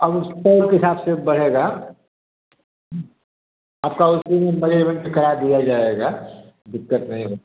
अब उसपे हिसाब से पड़ेगा आपका उस दिन पयेमेंट करा दिया जाएगा दिक्कत नहीं होगी